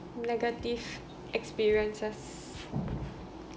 negative experiences